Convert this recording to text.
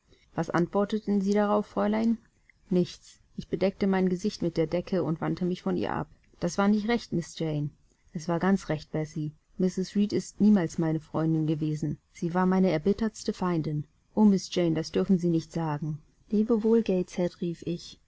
was antworteten sie darauf fräulein nichts ich bedeckte mein gesicht mit der decke und wandte mich von ihr ab das war nicht recht miß jane es war ganz recht bessie mrs reed ist niemals meine freundin gewesen sie war meine erbittertste feindin o miß jane